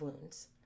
wounds